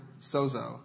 sozo